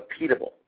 repeatable